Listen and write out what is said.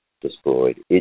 destroyed